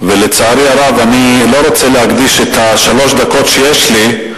ולצערי הרב אני לא רוצה להקדיש את שלוש הדקות שיש לי,